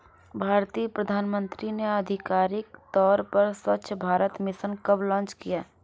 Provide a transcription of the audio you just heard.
भारतीय प्रधानमंत्री ने आधिकारिक तौर पर स्वच्छ भारत मिशन कब लॉन्च किया?